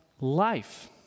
life